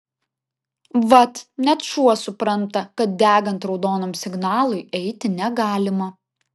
vat net šuo supranta kad degant raudonam signalui eiti negalima